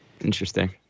Interesting